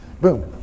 Boom